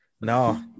No